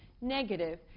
negative